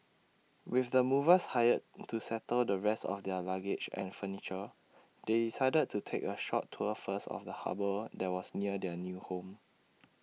with the movers hired to settle the rest of their luggage and furniture they decided to take A short tour first of the harbour that was near their new home